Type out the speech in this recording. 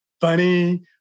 funny